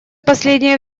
последнее